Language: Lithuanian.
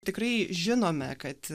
tikrai žinome kad